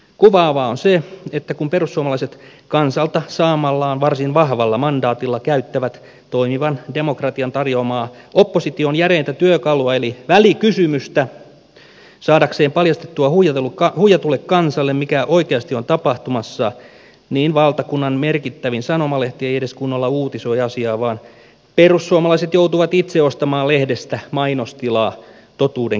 kuvaavaa on se että kun perussuomalaiset kansalta saamallaan varsin vahvalla mandaatilla käyttävät toimivan demokratian tarjoamaa opposition järeintä työkalua eli välikysymystä saadakseen paljastettua huijatulle kansalle mikä oikeasti on tapahtumassa niin valtakunnan merkittävin sanomalehti ei edes kunnolla uutisoi asiaa vaan perussuomalaiset joutuvat itse ostamaan lehdestä mainostilaa totuuden kertomiseen